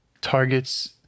targets